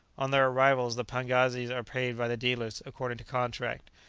on their arrival the pagazis are paid by the dealers according to contract,